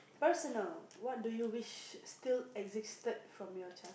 personal what do you wish still existed from your child